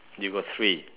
you got three